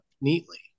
neatly